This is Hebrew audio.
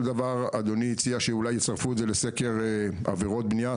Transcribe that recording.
אדוני הציע שאולי יצרפו את זה לסקר עבירות בנייה.